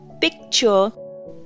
picture